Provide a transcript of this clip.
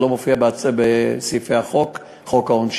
זה לא מופיע בסעיפי חוק העונשין,